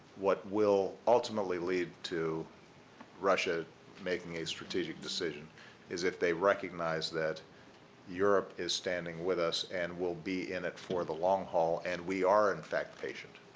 what will ultimately lead to russia making a strategic decision is if they recognize that europe is standing with us and will be in it for the long haul and we are, in fact, patient.